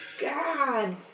God